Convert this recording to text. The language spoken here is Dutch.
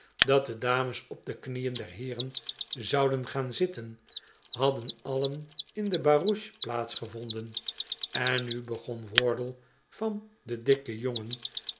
dat de dames op de knieen der heeren zouden gaan zitten hadden alien in de barouche plaats gevonden en nu begon wardle van den dikken jongen